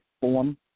form